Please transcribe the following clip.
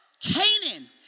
Canaan